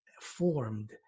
formed